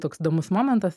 toks įdomus momentas